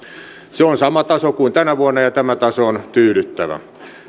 se on sama taso kuin tänä vuonna ja tämä taso on tyydyttävä